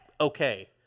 okay